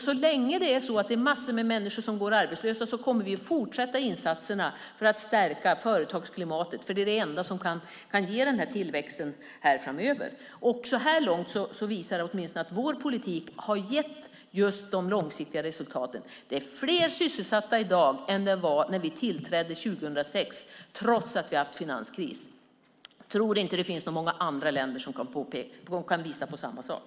Så länge massor av människor går arbetslösa kommer vi att fortsätta med insatserna för att stärka företagsklimatet. Det är det enda som kan ge tillväxt framöver. Så här långt visar det sig att vår politik har gett de långsiktiga resultaten. Det är fler sysselsatta i dag än när vi tillträdde 2006, trots att vi haft finanskris. Jag tror inte att det finns många andra länder som kan visa på samma sak.